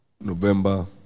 November